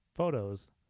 photos